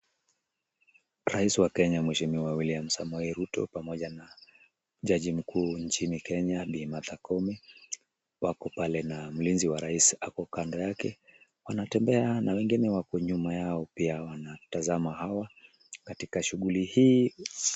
Rais wa Kenya mheshimiwa William Samoei Ruto pamoja na jaji mkuu nchini Kenya Bi. Martha Koome wako pale na mlinzi wa rais ako kando yake. Wanatembea na wengine wako nyuma yao pia wanatazama hawa katika shughuli hii.